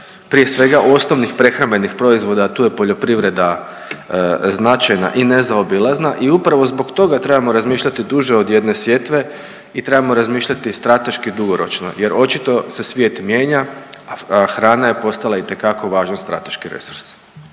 prije svega osnovnih prehrambenih proizvoda, a tu je poljoprivreda značajna i nezaobilazna i upravo zbog toga trebamo razmišljati duže od jedne sjetve i trebamo razmišljati strateški dugoročno jer očito se svijet mijenja, a hrana je postala itekako važan strateški resurs.